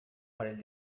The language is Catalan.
parell